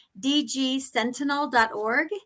dgsentinel.org